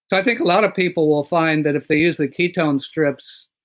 i think a lot of people will find that if they use the ketone strips,